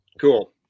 Cool